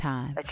Time